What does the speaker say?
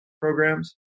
programs